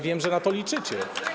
Wiem, że na to liczycie.